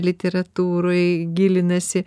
literatūroj gilinasi